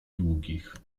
długich